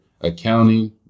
Accounting